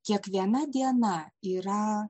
kiekviena diena yra